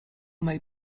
mej